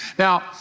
Now